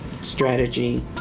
strategy